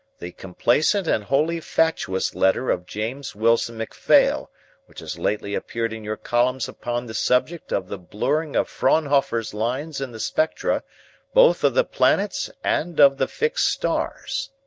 the complacent and wholly fatuous letter of james wilson macphail which has lately appeared in your columns upon the subject of the blurring of fraunhofer's lines in the spectra both of the planets and of the fixed stars.